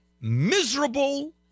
Miserable